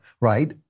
right